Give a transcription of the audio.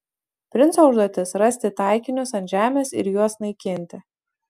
princo užduotis rasti taikinius ant žemės ir juos naikinti